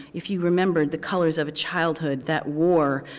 if you remembered the colors of a childhood that war.